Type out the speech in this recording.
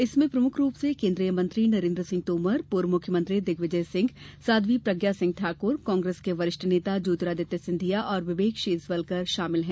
इनमें प्रमुख रूप से केंद्रीय मंत्री नरेन्द्र सिंह तोमर पूर्व मुख्यमंत्री दिग्विजय सिंह साध्वी प्रज्ञा सिंह ठाकुर कांग्रेस के वरिष्ठ नेता ज्योतिरादित्य सिंधिया और विवेक शेजवलकर शामिल हैं